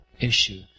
issue